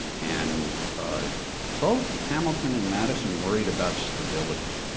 and both hamilton and madison worried about stability.